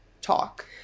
talk